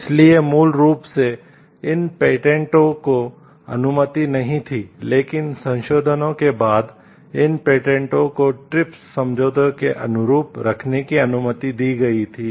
इसलिए मूल रूप से इन पेटेंटों समझौते के अनुरूप रखने की अनुमति दी गई थी